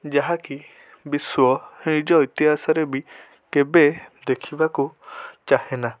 ଯାହାକି ବିଶ୍ୱ ନିଜ ଇତିହାସରେ ବି କେବେ ଦେଖିବାକୁ ଚାହେଁନା